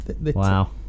wow